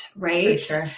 right